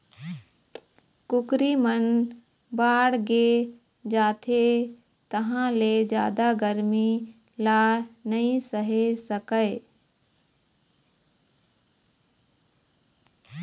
कुकरी मन बाड़गे जाथे तहाँ ले जादा गरमी ल नइ सहे सकय